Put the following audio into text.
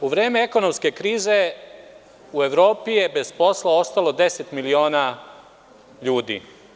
U vreme ekonomske krize u Evropi je bez posla ostalo 10 miliona ljudi.